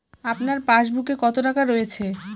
আপনার পাসবুকে কত টাকা রয়েছে?